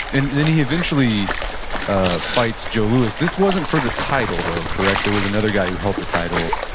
and then he eventually ah fights joe louis. this wasn't for the title, though, correct? there was another guy who held the title.